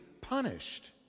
punished